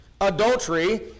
adultery